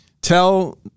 tell